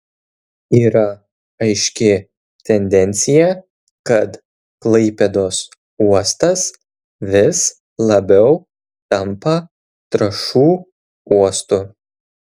yra aiški tendencija kad klaipėdos uostas vis labiau tampa trąšų uostu